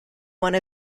one